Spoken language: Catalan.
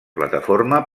plataforma